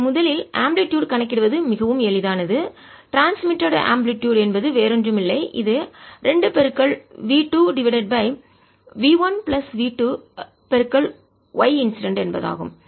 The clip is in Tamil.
எனவே முதலில் ஆம்பிளிடுயுட் அலைவீச்சு கணக்கிடுவது மிகவும் எளிதானது ட்ரான்ஸ்மிட்டடு பரவுகிறது ஆம்பிளிடுயுட் அலைவீச்சு என்பது வேறொன்றுமில்லை இது 2v2 divided by v1 plus v2 y incident என்பதாகும்